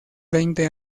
veinte